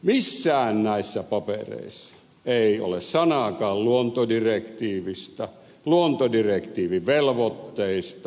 missään näissä papereissa ei ole sanaakaan luontodirektiivistä luontodirektiivin velvoitteista